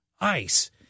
ice